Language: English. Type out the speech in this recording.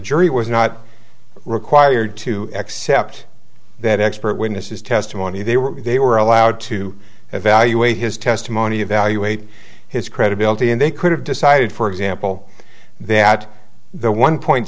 jury was not required to accept that expert witnesses testimony they were they were allowed to evaluate his testimony evaluate his credibility and they could have decided for example that the one point